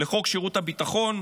לחוק שירות הביטחון,